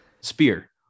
Spear